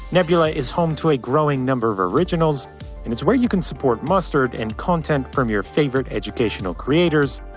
nebula is home to a growing number of originals, and it's where you can support mustard and content from your favorite educational creators.